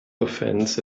offense